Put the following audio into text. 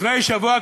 לפני שבוע,